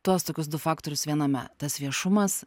tuos tokius du faktorius viename tas viešumas